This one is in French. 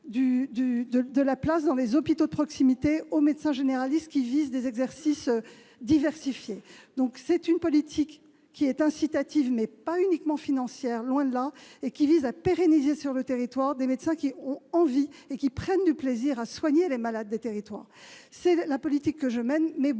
de la place dans les hôpitaux de proximité aux médecins généralistes qui visent des exercices diversifiés. C'est une politique incitative, mais pas uniquement financière, loin de là. Nous voulons pérenniser dans les territoires les médecins qui ont envie d'y être et qui prennent du plaisir à soigner les malades. C'est la politique que je mène. Nous sommes